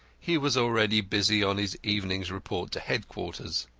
he was already busy on his evening's report to headquarters.